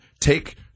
take –